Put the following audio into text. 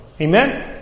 Amen